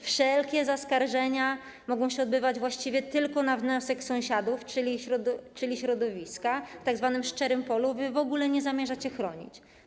Wszelkie zaskarżenia mogą się odbywać właściwie tylko na wniosek sąsiadów, czyli środowiska w tzw. szczerym polu wy w ogóle nie zamierzacie chronić.